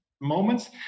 Moments